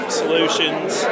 solutions